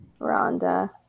Rhonda